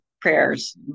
prayers